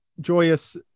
joyous